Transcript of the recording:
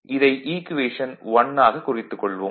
இதை ஈக்குவேஷன் 1 ஆக குறித்துக் கொள்வோம்